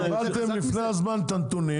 קיבלתם לפני הזמן את הנתונים.